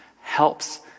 helps